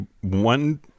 one